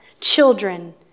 children